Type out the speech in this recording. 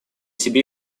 себе